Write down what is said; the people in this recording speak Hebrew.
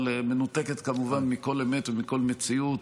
אבל מנותקת כמובן מכל אמת ומכל מציאות.